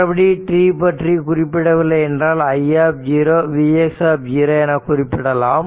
மற்றபடி t பற்றி குறிப்பிடவில்லை என்றால் i vx என குறிப்பிடலாம்